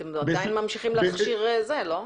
אתם עדיין ממשיכים להכשיר, לא?